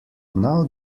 now